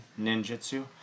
ninjutsu